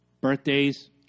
birthdays